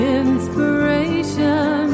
inspiration